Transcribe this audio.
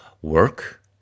Work